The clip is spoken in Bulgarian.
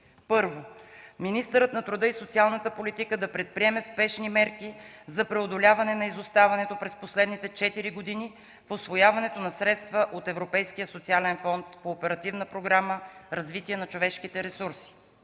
1. Министърът на труда и социалната политика да предприеме спешни мерки за преодоляване на изоставането през последните четири години в усвояването на средства от Европейския социален фонд по Оперативна програма „Развитие на човешките ресурси”.